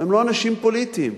הם לא אנשים פוליטיים.